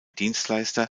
dienstleister